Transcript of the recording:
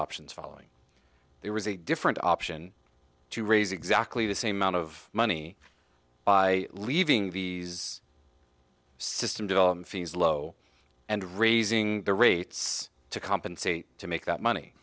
options following there was a different option to raise exactly the same amount of money by leaving these system develop fees low and raising the rates to compensate to make that money